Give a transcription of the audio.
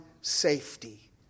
safety